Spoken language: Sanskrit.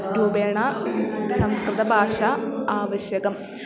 रूपेण संस्कृतभाषा आवश्यकम्